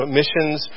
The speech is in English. missions